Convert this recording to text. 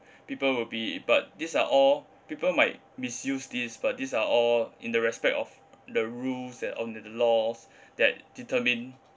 people will be but these are all people might misuse this but these are all in the respect of the rules and on the the laws that determine